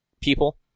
people